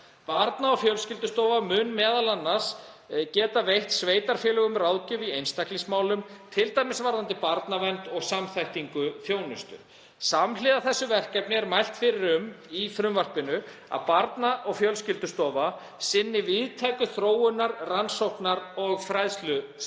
Barna- og fjölskyldustofa mun m.a. geta veitt sveitarfélögum ráðgjöf í einstaklingsmálum, t.d. varðandi barnavernd og samþættingu þjónustu. Samhliða þessu verkefni er mælt fyrir um í frumvarpinu að Barna- og fjölskyldustofa sinni víðtæku þróunar-, rannsóknar- og fræðslustarfi.